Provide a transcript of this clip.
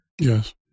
yes